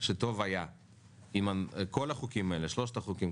שטוב היה אם כל הצעות החוק הללו,